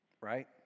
Right